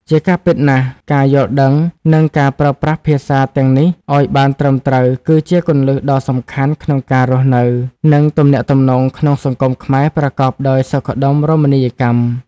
ជាការពិតណាស់ ការយល់ដឹង និងការប្រើប្រាស់ភាសាទាំងនេះឱ្យបានត្រឹមត្រូវ គឺជាគន្លឹះដ៏សំខាន់ក្នុងការរស់នៅ និងទំនាក់ទំនងក្នុងសង្គមខ្មែរប្រកបដោយសុខដុមរមណីយកម្ម។